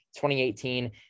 2018